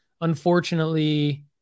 unfortunately